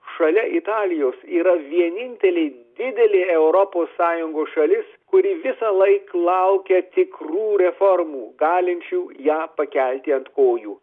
šalia italijos yra vienintelė didelė europos sąjungos šalis kuri visą laik laukia tikrų reformų galinčių ją pakelti ant kojų